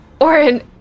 Orin